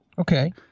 Okay